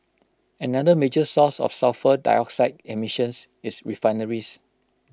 another major source of sulphur dioxide emissions is refineries